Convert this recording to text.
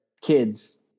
kids